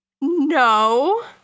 no